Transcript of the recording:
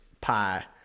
pie